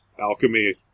alchemy